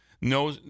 No